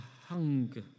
hunger